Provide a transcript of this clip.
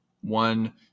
One